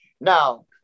Now